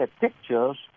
pictures